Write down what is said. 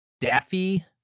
Daffy